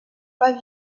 pas